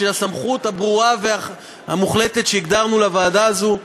הסמכות הברורה והמוחלטת שהגדרנו לוועדה הזאת.